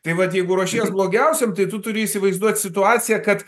tai vat jeigu ruošies blogiausiam tai tu turi įsivaizduot situaciją kad